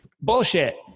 Bullshit